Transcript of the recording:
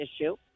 issue